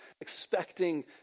expecting